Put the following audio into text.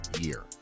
year